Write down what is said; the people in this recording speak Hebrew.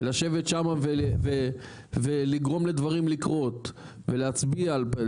לשבת שם ולגרום לדברים לקרות ולהצביע על זה.